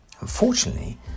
Unfortunately